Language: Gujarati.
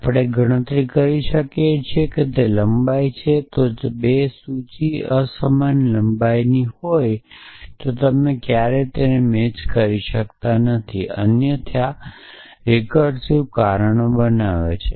આપણે ગણતરી કરી શકીએ કે તે લંબાઈ છે જો 2 સૂચિ અસમાન લંબાઈની હોય તો તમે ક્યારેય તેને મેચ કરી શકતા નથી અન્યથા રિકર્સિવ કારણો બનાવે છે